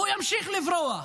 והוא ימשיך לברוח.